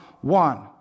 one